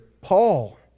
Paul